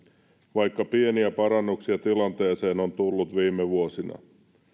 vaikka pieniä parannuksia tilanteeseen on tullut viime vuosina